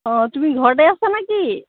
অঁ তুমি ঘৰতে আছানে কি